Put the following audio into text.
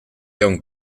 aunc